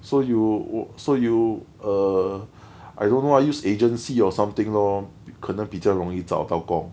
so you so you err I don't know ah use agency or something lor 可能比较容易找到工